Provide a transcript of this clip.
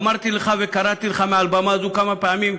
אמרתי לך וקראתי לך מעל במה זו כמה פעמים,